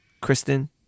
Kristen